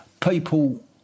people